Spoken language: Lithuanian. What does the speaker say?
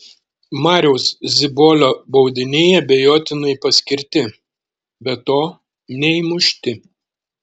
mariaus zibolio baudiniai abejotinai paskirti be to neįmušti